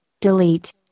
Delete